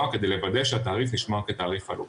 כדי לוודא שהתעריף נשמר כתעריף ---.